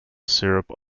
syrup